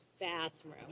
bathroom